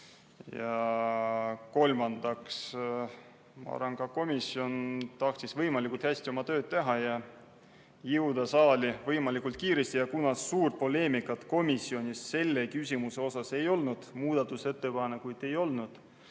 Ja kolmandaks, ma arvan, et ka komisjon tahtis võimalikult hästi oma tööd teha ja jõuda saali võimalikult kiiresti. Kuna suurt poleemikat komisjonis selle küsimuse puhul ei olnud ja muudatusettepanekuid ei olnud,